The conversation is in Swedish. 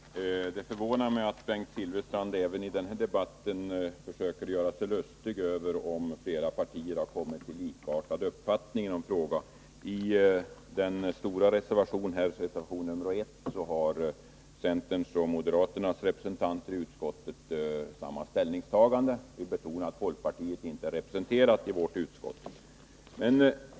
Herr talman! Det förvånar mig att Bengt Silfverstrand även i den här debatten försöker göra sig lustig över att flera partier har kommit till likartade uppfattningar i en fråga. I den stora reservationen, nr 1, har centerns och moderaternas representanter i utskottet samma ställningstagande. Jag vill betona att folkpartiet inte är representerat i vårt utskott.